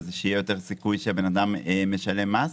שיהיה יותר זיכוי כשאדם משלם מס.